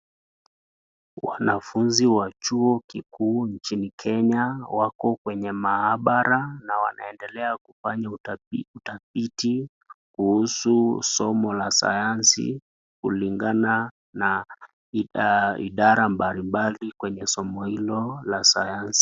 Wanafuzi wa chuo kikuu nchini Kenya wako kwenye maabara na wanaedelea kufanya utafiti kuhusu somo la sayansi kulingana na idara mbalimbali kwenye somo hilo la sayansi.